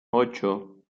ocho